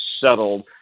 settled